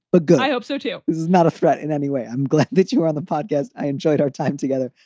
but god, i hope so, too. this is not a threat in any way. i'm glad that you are on the podcast. i enjoyed our time together.